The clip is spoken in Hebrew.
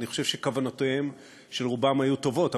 אני חושב שכוונותיהם של רובם היו טובות,